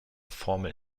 formel